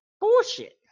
Bullshit